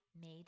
made